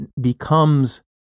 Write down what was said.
becomes